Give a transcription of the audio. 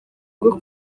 bwo